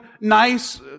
nice